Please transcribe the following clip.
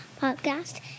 Podcast